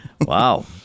Wow